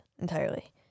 entirely